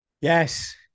yes